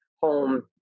home